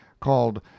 called